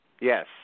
Yes